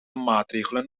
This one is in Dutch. maatregelen